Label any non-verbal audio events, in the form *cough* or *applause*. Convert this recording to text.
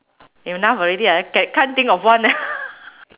enough already ah ca~ can't think of one *laughs*